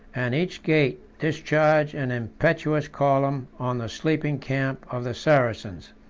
and each gate discharged an impetuous column on the sleeping camp of the saracens.